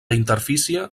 interfície